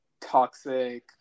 toxic